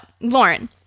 Lauren